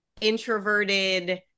introverted